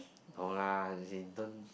no lah as in terms